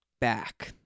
back